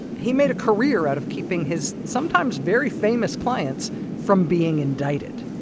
he made a career out of keeping his sometimes very famous clients from being indicted.